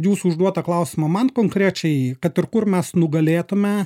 jūsų užduotą klausimą man konkrečiai kad ir kur mes nugalėtume